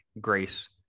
grace